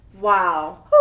wow